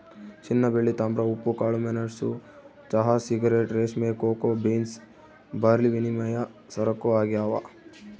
ಚಿನ್ನಬೆಳ್ಳಿ ತಾಮ್ರ ಉಪ್ಪು ಕಾಳುಮೆಣಸು ಚಹಾ ಸಿಗರೇಟ್ ರೇಷ್ಮೆ ಕೋಕೋ ಬೀನ್ಸ್ ಬಾರ್ಲಿವಿನಿಮಯ ಸರಕು ಆಗ್ಯಾವ